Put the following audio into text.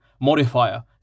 Modifier